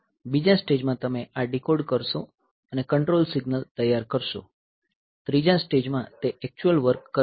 બીજા સ્ટેજમાં તમે આ ડીકોડ કરશો અને કંટ્રોલ સિગ્નલ્સ તૈયાર કરશો ત્રીજા સ્ટેજમાં તે એક્ચ્યુઅલ વર્ક કરશે